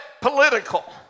political